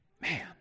Man